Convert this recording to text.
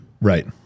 Right